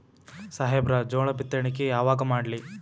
ಸಾಹೇಬರ ಜೋಳ ಬಿತ್ತಣಿಕಿ ಯಾವಾಗ ಮಾಡ್ಲಿ?